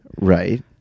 Right